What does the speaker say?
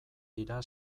dira